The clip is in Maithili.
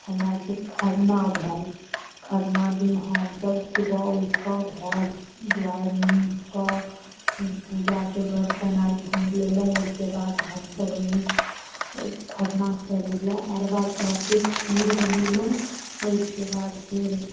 हमरा आरके खरना भेल खरना दिन हमसब सुबह उठि कऽ घर दुआरि नीपिकऽ पूजाके बर्तन आर ढूँढ लेलहुँ तऽ ओहिके बाद हमसब खरना करै लै अरवा चाउरके खीर बनेलहुँ ओहिके बाद फेर